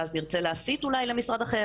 ואז אולי נרצה להסית למשרד אחר,